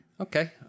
Okay